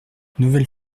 nouvelle